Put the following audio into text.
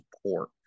support